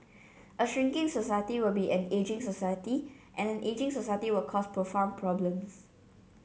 a shrinking society will be an ageing society and an ageing society will cause profound problems